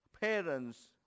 parents